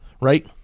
Right